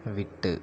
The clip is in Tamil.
விட்டு